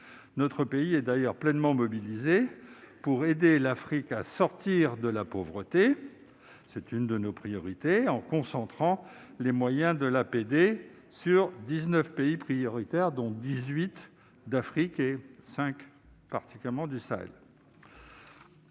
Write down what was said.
Notre pays est par ailleurs pleinement mobilisé pour aider l'Afrique à sortir de la pauvreté, ce qui est l'une de nos priorités, en concentrant les moyens de l'APD sur 19 pays prioritaires, dont 18 pays d'Afrique subsaharienne et en particulier 5 du Sahel.